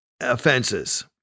offenses